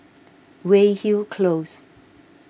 Weyhill Close